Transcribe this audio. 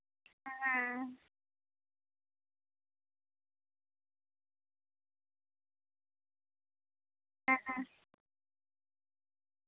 ᱦᱮᱸ ᱦᱮᱸ